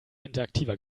interaktiver